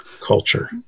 culture